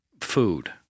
food